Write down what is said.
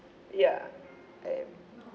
ya I am